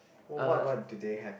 what what do they have